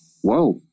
whoa